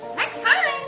next time.